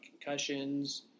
concussions